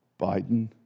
Biden